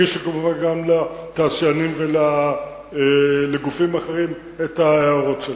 הם הגישו כמובן גם לתעשיינים ולגופים אחרים את ההערות שלהם.